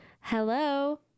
Hello